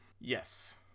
Yes